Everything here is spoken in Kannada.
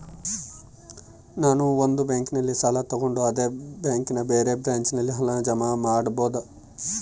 ನಾನು ಒಂದು ಬ್ಯಾಂಕಿನಲ್ಲಿ ಸಾಲ ತಗೊಂಡು ಅದೇ ಬ್ಯಾಂಕಿನ ಬೇರೆ ಬ್ರಾಂಚಿನಲ್ಲಿ ಹಣ ಜಮಾ ಮಾಡಬೋದ?